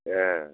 ए